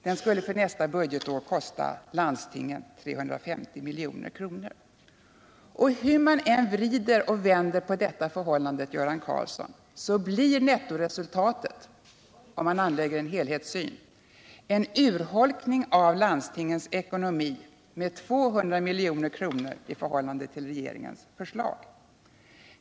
Den skulle för nästa budgetår kosta landstingen 350 milj.kr. Hur man än vrider och vänder på detta förhållande, Göran Karlsson, blir ändå nettoresultatet, om man anlägger en helhetssyn, en urholkning av landstingens ekonomi med 200 milj.kr. i förhållande till regeringens förslag.